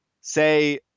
say